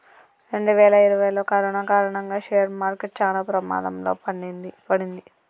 రెండువేల ఇరవైలో కరోనా కారణంగా షేర్ మార్కెట్ చానా ప్రమాదంలో పడింది